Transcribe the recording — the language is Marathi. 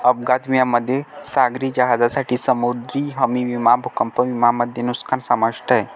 अपघात विम्यामध्ये सागरी जहाजांसाठी समुद्री हमी विमा भूकंप विमा मध्ये नुकसान समाविष्ट आहे